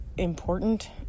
important